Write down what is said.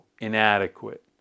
inadequate